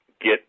get